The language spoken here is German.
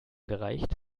gereicht